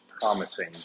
promising